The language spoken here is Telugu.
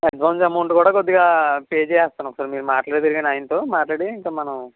అడ్వాన్స్ అమౌంట్ కూడా కొద్దిగా పే చేస్తాను ఒకసారి మీరు మాట్లాడుదురు కానీ ఆయనతో మాట్లాడి ఇంక మనం